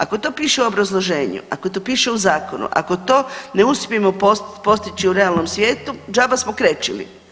Ako to piše u obrazloženju, ako to piše u zakonu, ako to ne uspijemo postići u realnom svijetu đaba smo krečili.